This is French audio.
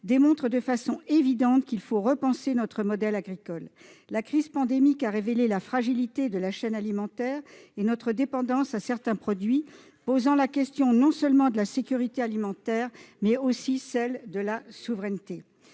démontrent, de façon évidente, qu'il faut repenser notre modèle agricole. La crise pandémique a révélé la fragilité de la chaîne alimentaire et notre dépendance à certains produits, posant la question non seulement de la sécurité alimentaire, mais aussi de la souveraineté.